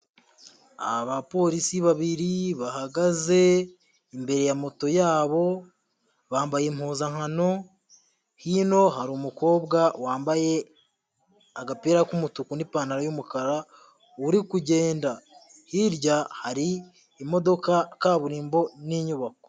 Abapolisi babiri bahagaze imbere ya moto yabo, bambaye impuzankano, hino hari umukobwa wambaye agapira k'umutuku n'ipantaro y'umukara uri kugenda. Hirya hari imodoka, kaburimbo n'inyubako.